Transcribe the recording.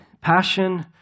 passion